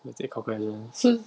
what's it calculating